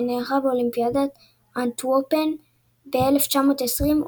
שנערכה באולימפיאדת אנטוורפן ב-1920,